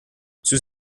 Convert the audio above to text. sus